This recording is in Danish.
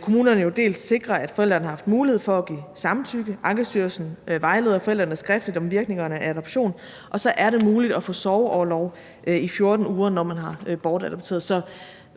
kommunerne jo sikre, at forældrene har haft mulighed for at give samtykke, Ankestyrelsen vejleder forældrene skriftligt om virkningerne af adoption, og så er det muligt at få sorgorlov i 14 uger, når man har bortadopteret.